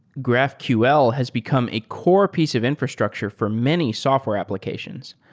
graphql has become a core piece of infrastructure for many software applications.